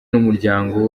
n’umuryango